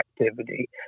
activity